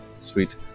Sweet